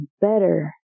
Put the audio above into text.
better